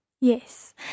Yes